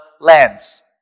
lands